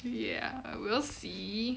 ya we'll see